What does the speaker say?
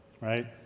right